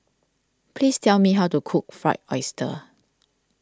please tell me how to cook Fried Oyster